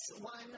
one